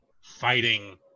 fighting